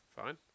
fine